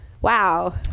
Wow